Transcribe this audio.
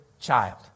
child